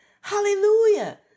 Hallelujah